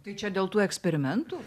tai čia dėl tų eksperimentų